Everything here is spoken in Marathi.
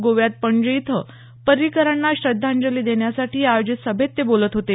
गोव्यात पणजी इथं पर्रिकरांना श्रद्धांजली देण्यासाठी आयोजित सभेत ते बोलत होते